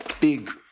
big